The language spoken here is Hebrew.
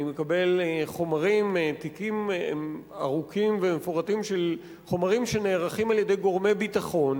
אני מקבל תיקים ארוכים ומפורטים של חומרים שנערכים על-ידי גורמי ביטחון